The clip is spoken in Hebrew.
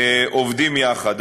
עובדים יחד,